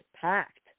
packed